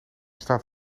staat